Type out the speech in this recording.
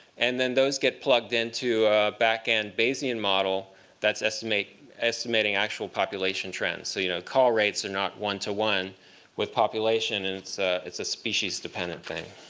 and then those get plugged into a back end bayesian model that's estimating estimating actual population trends. so you know call rates are not one to one with population, and it's it's a species-dependent thing.